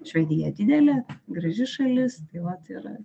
švedija didelė graži šalis tai vat ir